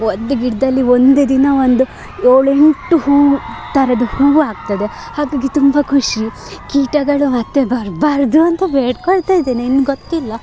ಒಂದು ಗಿಡದಲ್ಲಿ ಒಂದೇ ದಿನ ಒಂದು ಏಳೆಂಟು ಹೂವು ಥರದ ಹೂವಾಗ್ತದೆ ಹಾಗಾಗಿ ತುಂಬ ಖುಷಿ ಕೀಟಗಳು ಮತ್ತೆ ಬರಬಾರ್ದು ಅಂತ ಬೇಡಿಕೊಳ್ತಾಯಿದ್ದೇನೆ ಇನ್ನು ಗೊತ್ತಿಲ್ಲ